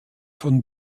von